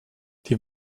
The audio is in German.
die